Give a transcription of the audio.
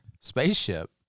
spaceship